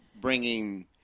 bringing